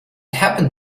happened